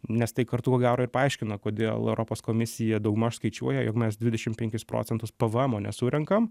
nes tai kartu ko gero ir paaiškina kodėl europos komisija daugmaž skaičiuoja jog mes dvidešim penkis procentus pavaemo nesurenkam